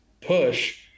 push